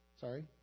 sorry